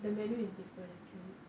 the menu is different actually